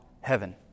heaven